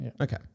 Okay